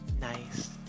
Nice